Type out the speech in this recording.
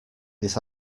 this